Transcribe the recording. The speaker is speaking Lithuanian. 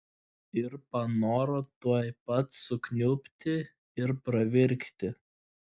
ir panoro tuoj pat sukniubti ir pravirkti